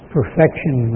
Perfection